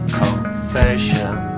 confession